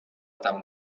tan